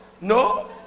no